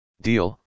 deal